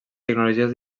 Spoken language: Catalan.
tecnologies